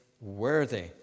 worthy